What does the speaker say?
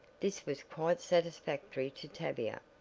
this was quite satisfactory to tavia,